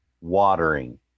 watering